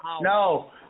no